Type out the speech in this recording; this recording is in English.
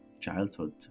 childhood